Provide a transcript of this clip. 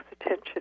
attention